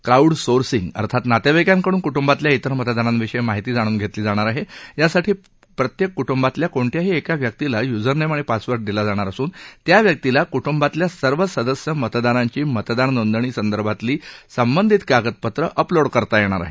crowd sourcing अर्थात नातेवाईकांकडून कुटुंबातल्या तिर मतदारांविषयी माहिती जाणून घेतली जाणार आहे यासाठी प्रत्येक कुटुंबातल्या कोणत्याही एका व्यक्तीला युजर नेम आणि पासवर्ड दिला जाणार असून त्या व्यक्तीला कुटुंबातल्या सर्व सदस्य मतदारांची मतदार नोदंणी संदर्भातली संबधित कागदपत्रं अपलोड करता येणार आहेत